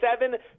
seven